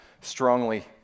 strongly